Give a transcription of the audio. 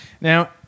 Now